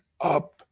up